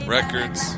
Records